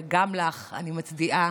וגם לך אני מצדיעה